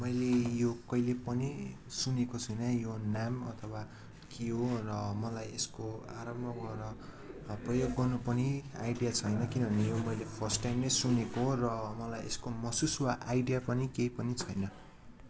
मैले यो कहिल्यै पनि सुनेको छुइनँ यो नाम अथवा के हो र मलाई यसको आरम्भबाट प्रयोग गर्नु पनि आइडिया छैन किनभने यो मैले फर्स्ट टाइम नै सुनेको हो र मलाई यसको महसुस वा आइडिया पनि केही पनि छैन